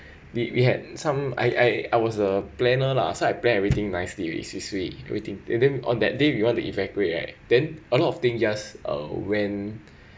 we we had some I I I was a planner lah so I plan everything nice already swee swee everything on that day we want to evacuate right then a lot of thing just uh went